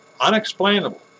Unexplainable